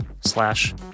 slash